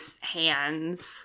hands